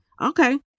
Okay